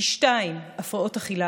פי שניים הפרעות אכילה,